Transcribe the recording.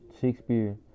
Shakespeare